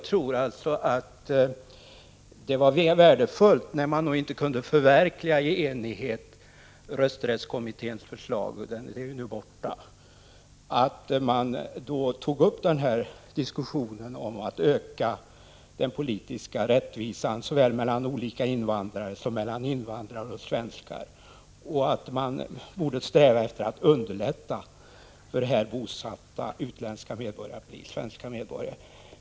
När man inte i enighet kunde förverkliga rösträttskommitténs förslag, vilket är överspelat, tror jag att det var värdefullt att man tog upp diskussionen om att öka den politiska rättvisan såväl mellan olika invandrare som mellan invandrare och svenskar. Strävan borde vara att underlätta för i Sverige bosatta utländska medborgare att bli svenska medborgare.